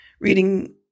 reading